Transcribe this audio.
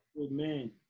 Amen